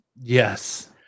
Yes